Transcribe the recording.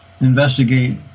investigate